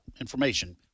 information